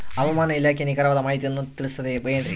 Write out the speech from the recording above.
ಹವಮಾನ ಇಲಾಖೆಯ ನಿಖರವಾದ ಮಾಹಿತಿಯನ್ನ ತಿಳಿಸುತ್ತದೆ ಎನ್ರಿ?